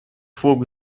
fogo